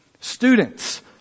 Students